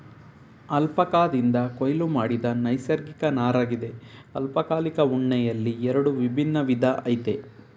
ಅಲ್ಪಕಾದಿಂದ ಕೊಯ್ಲು ಮಾಡಿದ ನೈಸರ್ಗಿಕ ನಾರಗಿದೆ ಅಲ್ಪಕಾಲಿಕ ಉಣ್ಣೆಯಲ್ಲಿ ಎರಡು ವಿಭಿನ್ನ ವಿಧ ಆಯ್ತೆ